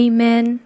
Amen